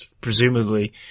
presumably